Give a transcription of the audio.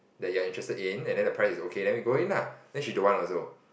that you're interested in and then the price is okay then we go in lah then she don't want also